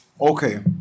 Okay